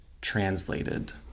translated